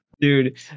Dude